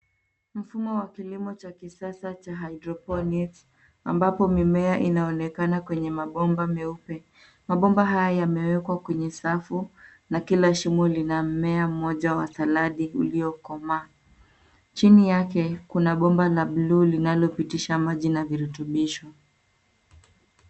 Mfumo wa kilimo cha kisasa cha hydroponics ambapo mimea inaonekana kwenye mabomba meupe. Mabomba haya yamewekwa kwenye safu na kila shimo lina mmea mmoja wa saladi uliokomaa. Chini yake kuna bomba la blue linalopitisha maji na virutubisho.